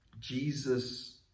Jesus